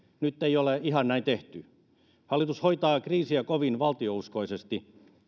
nyt ei ole ihan näin tehty hallitus hoitaa kriisiä kovin valtiouskoisesti